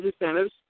incentives